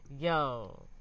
Yo